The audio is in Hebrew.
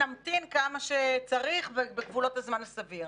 נמתין כמה שצריך ובגבולות הזמן הסביר.